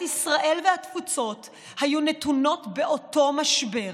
ישראל והתפוצות היו נתונות באותו משבר.